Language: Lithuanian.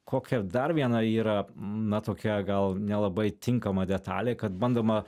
kokia dar viena yra na tokia gal nelabai tinkama detalė kad bandoma